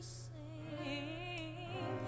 sing